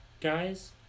guys